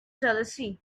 jealousy